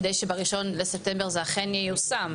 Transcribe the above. כדי שב-1 בספטמבר זה אכן ייושם?